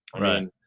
Right